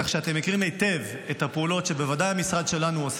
כך שאתם מכירים היטב את הפעולות שבוודאי המשרד שלנו,